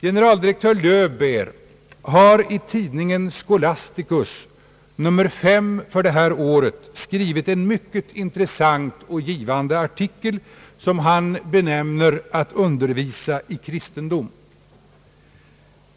Generaldirektör Löwbeer har i tidningen Scholasticus nummer 5 i år skrivit en mycket intressant och givande artikel, benämnd »Att undervisa i kristendom».